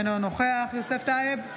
אינו נוכח יוסף טייב,